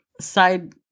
side